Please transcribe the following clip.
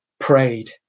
prayed